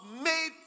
made